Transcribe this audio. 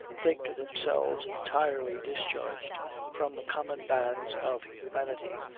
think themselves entirely discharged from the common bands of humanity,